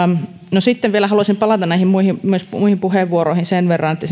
sitten vielä haluaisin palata näihin muihin puheenvuoroihin sen verran että